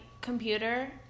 computer